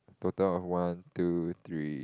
total of one two three